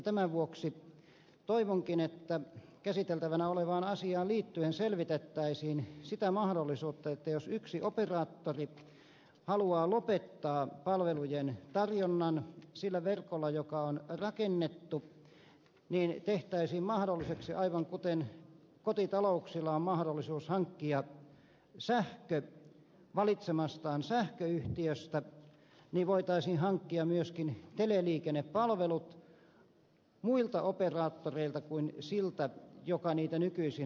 tämän vuoksi toivonkin että käsiteltävänä olevaan asiaan liittyen selvitettäisiin sitä mahdollisuutta että jos yksi operaattori haluaa lopettaa palvelujen tarjonnan sillä verkolla joka on rakennettu niin tehtäisiin mahdolliseksi aivan kuten kotitalouksilla on mahdollisuus hankkia sähkö valitsemastaan sähköyhtiöstä hankkia myöskin teleliikennepalvelut muilta operaattoreilta kuin siltä joka niitä nykyisin operoi